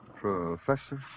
Professor